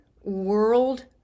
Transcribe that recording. world